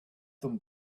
them